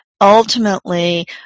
ultimately